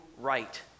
right